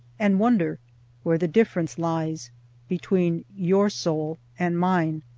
and wonder where the difference lies between your soul and mine!